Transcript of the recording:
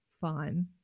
fine